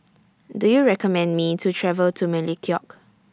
Do YOU recommend Me to travel to Melekeok